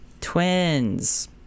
Twins